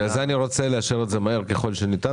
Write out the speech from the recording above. בגלל זה אני רוצה לאשר את זה מהר ככל שניתן